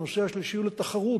הנושא השלישי הוא תחרות,